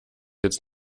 jetzt